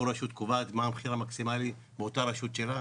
רשות קובעת מה המחיר המקסימלי באותה רשות שלה,